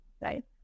right